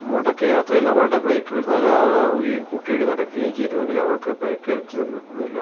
മടക്ക യാത്രയിൽ അവളുടെ ബ്രേക്കുകൾ തകരാറിലാകുകയും കൂട്ടിയിടി നടക്കുകയും ചെയ്തുവെങ്കിലവൾക്ക് പരിക്കേൽക്കുന്നില്ല